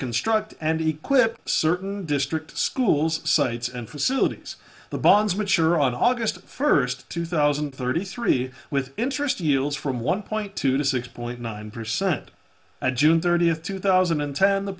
construct and equip certain district schools sites and facilities the bonds mature on august first two thousand and thirty three with interest yields from one point two to six point nine percent and june thirtieth two thousand and ten the